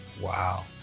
Wow